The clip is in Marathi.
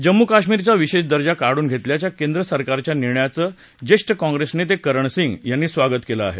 जम्मू कश्मीरचा विशेष दर्जा काढून घेतल्याचा केंद्रसरकारच्या निर्णयाचं ज्येष्ठ काँप्रेस नेते करणसिंग यांनी स्वागत केलं आहे